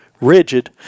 rigid